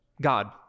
God